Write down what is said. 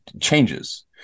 changes